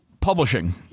publishing